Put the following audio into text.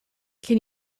can